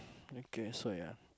okay so ya